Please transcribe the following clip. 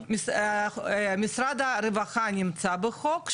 משרד הרווחה נמצא בחוק,